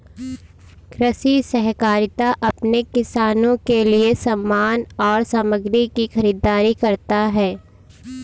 कृषि सहकारिता अपने किसानों के लिए समान और सामग्री की खरीदारी करता है